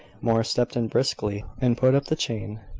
morris stepped in briskly, and put up the chain.